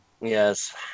Yes